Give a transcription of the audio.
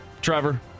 Trevor